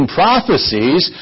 prophecies